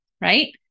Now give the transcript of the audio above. Right